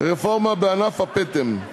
רפורמה בענף הפטם,